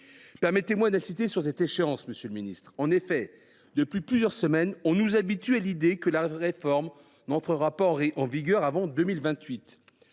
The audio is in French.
Permettez moi d’insister sur cette échéance, monsieur le ministre. Depuis plusieurs semaines, on nous habitue à l’idée que la réforme n’entrera pas en vigueur avant 2028.